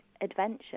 adventure